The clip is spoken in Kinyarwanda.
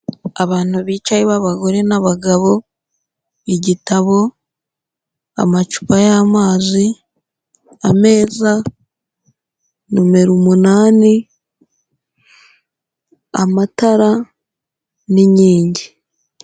Abantu bicaye b'abagore n'abagabo, igitabo, amacupa y'amazi, ameza, nimero umunani, amatara n'inkingi.